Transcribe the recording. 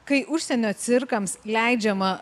kai užsienio cirkams leidžiama